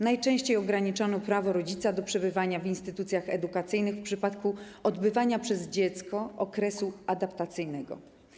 Najczęściej ograniczano prawo rodzica do przebywania w instytucjach edukacyjnych w przypadku odbywania przez dziecko okresu adaptacyjnego.